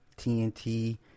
TNT